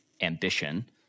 ambition